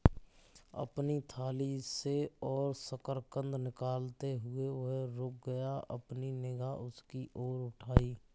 अपनी थाली से और शकरकंद निकालते हुए, वह रुक गया, अपनी निगाह उसकी ओर उठाई